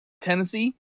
Tennessee